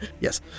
Yes